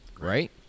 right